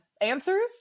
answers